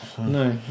No